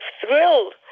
thrilled